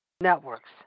Networks